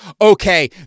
Okay